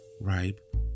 ripe